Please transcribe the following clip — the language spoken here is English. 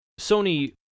Sony